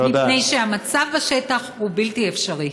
מפני שהמצב בשטח הוא בלתי אפשרי.